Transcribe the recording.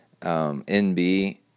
NB